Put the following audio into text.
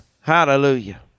Hallelujah